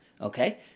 Okay